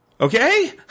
okay